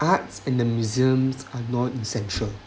arts and the museums are not essential